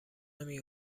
نمی